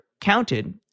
counted